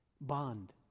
bond